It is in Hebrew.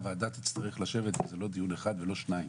הוועדה תצטרך לשבת בלא דיון אחד ולא שניים.